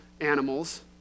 animals